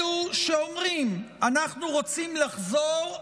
אלו שאומרים: אנחנו רוצים לחזור,